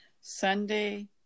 Sunday